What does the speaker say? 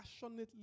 passionately